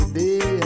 day